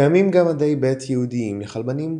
קיימים גם מדי ב' ייעודיים לכלבנים,